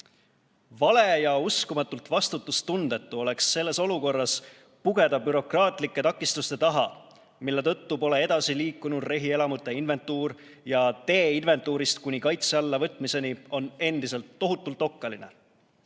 Vale ja uskumatult vastutustundetu oleks selles olukorras pugeda bürokraatlike takistuste taha, mille tõttu pole edasi liikunud rehielamute inventuur, ja tee inventuurist kuni kaitse alla võtmiseni on endiselt tohutult okkaline.